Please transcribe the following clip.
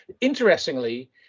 interestingly